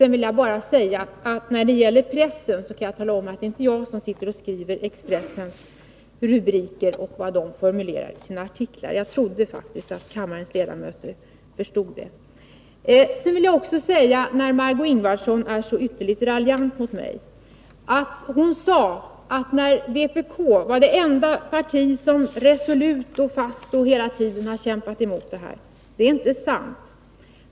När det gäller pressen kan jag tala om att det inte är jag som skriver Expressens rubriker och formulerar dess artiklar. Jag trodde faktiskt att kammarens ledamöter förstod det. Margö Ingvardsson är så ytterligt raljant mot mig. Hon sade att vpk var det enda parti som resolut och fast hela tiden har kämpat mot detta system. Det ärinte sant.